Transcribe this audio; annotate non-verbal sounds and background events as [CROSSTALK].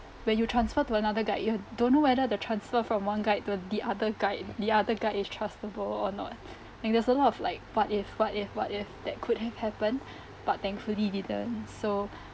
when you transfer to another guide you don't know whether the transfer from one guide to the other guide the other guide is trustable or not [BREATH] like there's a lot of like what if what if what if that could have happened [BREATH] but thankfully didn't so [BREATH]